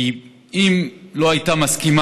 גברתי היושבת-ראש, חבריי חברי הכנסת,